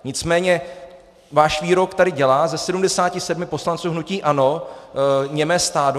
Nicméně váš výrok tady dělá ze 77 poslanců hnutí ANO němé stádo.